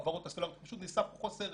פשוט נעשה פה חוסר